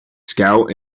scout